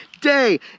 Day